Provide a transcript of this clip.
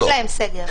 עושים להן סגר.